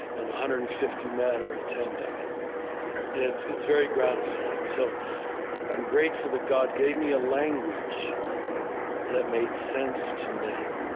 and one hundred and fifty men are attending, and it's it's very gratifying. so i'm grateful that god gave me a language that made sense to men,